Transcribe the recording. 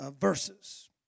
verses